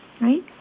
right